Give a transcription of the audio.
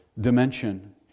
dimension